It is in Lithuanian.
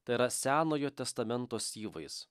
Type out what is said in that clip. tai yra senojo testamento syvais